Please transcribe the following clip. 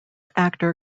actor